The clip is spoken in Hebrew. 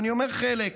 ואני אומר: חלק.